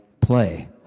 play